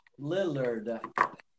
Lillard